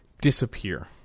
disappear